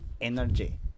energy